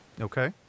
Okay